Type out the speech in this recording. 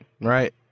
Right